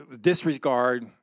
disregard